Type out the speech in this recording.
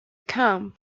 camp